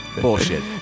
Bullshit